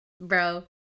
Bro